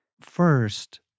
First